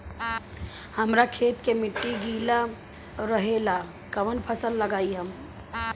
हमरा खेत के मिट्टी गीला रहेला कवन फसल लगाई हम?